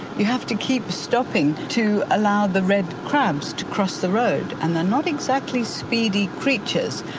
you have to keep stopping to allow the red crabs to cross the road and they're not exactly speedy creatures.